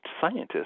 scientists